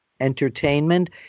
entertainment